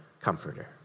comforter